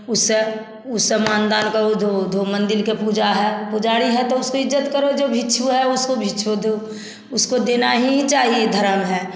उसे उसे मान दान कह दो दो मंदिर के पूजा है पुजारी है तो उसको इज़्ज़त करो जो भिक्षु है उसको भिक्षु दो उसको देना ही चाहिए धर्म है